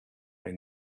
may